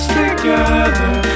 together